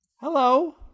Hello